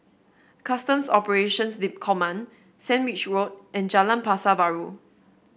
Customs Operations Command Sandwich Road and Jalan Pasar Baru